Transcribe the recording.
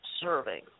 serving